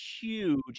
huge